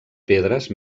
pedres